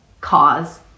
cause